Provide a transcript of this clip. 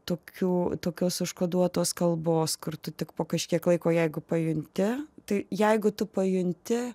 tokiu tokios užkoduotos kalbos kur tu tik po kažkiek laiko jeigu pajunti tai jeigu tu pajunti